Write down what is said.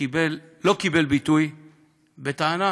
לא קיבל ביטוי בטענה